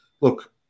look